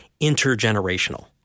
intergenerational